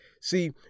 See